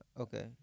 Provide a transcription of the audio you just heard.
Okay